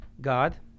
God